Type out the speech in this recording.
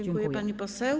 Dziękuję, pani poseł.